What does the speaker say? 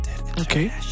Okay